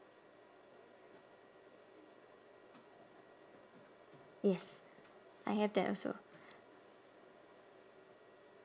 yes I have that also